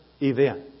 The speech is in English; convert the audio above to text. event